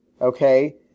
Okay